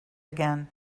again